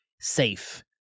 safe